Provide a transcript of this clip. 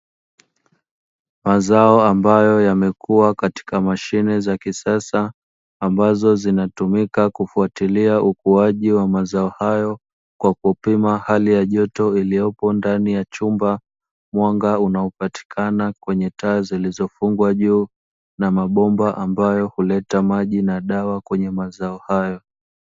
Mazao ambayo yamekua katika mashine za kisasa ambazo zinatumika kufatilia ukuaji wa mazao hayo kwa kupima hali ya joto iliyopo ndani ya chumba, mwanga unaopatikana kwenye taa zilizofungwa juu na mabomba ambayo huleta maji na dawa kwenye mazao hayo.